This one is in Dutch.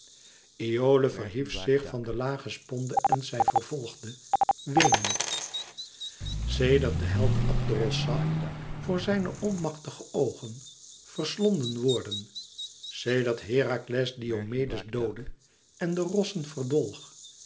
iole verhief zich van de lage sponde en zij vervolgde weenend sedert de held abderos zag voor zijne onmachtige oogen verslonden worden sedert herakles diomedes doodde en de rossen verdolg